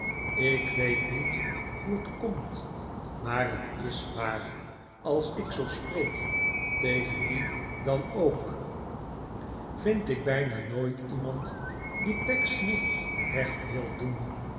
ik weet niet hoe het komt maar het is waar als ik zoo spreek tegen wien dan ook vind ik bijna nooit iemand die pecksniff recht wil doen